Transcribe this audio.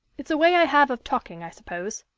it's a way i have of talking, i suppose.